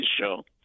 show